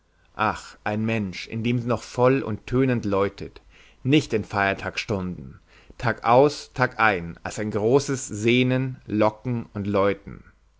ach ein mensch in dem sie noch voll und tönend läutet nicht in feiertagsstunden tag aus tag ein ein großes sehnen locken und läuten